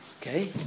Okay